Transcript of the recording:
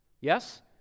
Yes